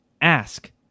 Ask